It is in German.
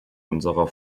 unserer